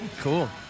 Cool